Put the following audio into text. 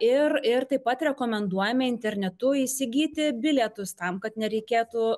ir ir taip pat rekomenduojame internetu įsigyti bilietus tam kad nereikėtų